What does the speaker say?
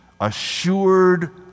Assured